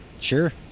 Sure